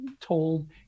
told